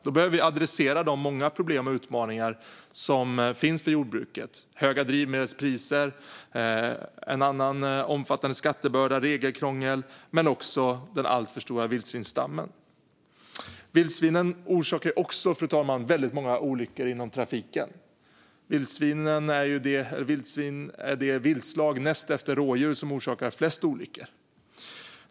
Då behöver vi adressera de många problem och utmaningar som finns för jordbruket - höga drivmedelspriser, en omfattande skattebörda och regelkrångel men också den alltför stora vildsvinsstammen. Vildsvinen orsakar också väldigt många olyckor i trafiken, fru talman. Vildsvin är näst efter rådjur det viltslag som orsakar flest olyckor.